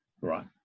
Right